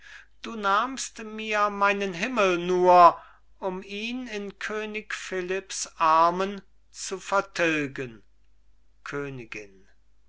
du nahmst mir meinen himmel nur um ihn in könig philipps armen zu vertilgen königin